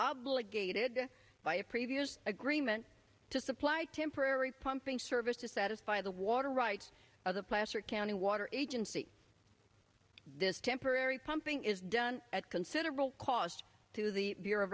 obligated by a previous agreement to supply temporary pumping service to satisfy the water rights of the placer county water agency this temporary pumping is done at considerable cost to the b